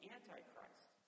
Antichrist